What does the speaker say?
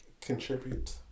contribute